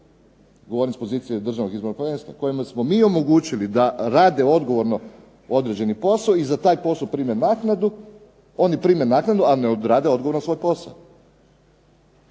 u one s pozicije Državnog izbornog povjerenstva, kojima smo mi omogućili da rade odgovorno određeni posao, i za taj posao prime naknadu, oni prime naknadu a ne odrade odgovorno svoj posao.